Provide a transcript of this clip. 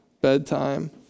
bedtime